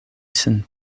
sen